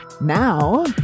now